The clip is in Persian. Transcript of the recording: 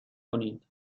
کنید